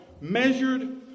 Measured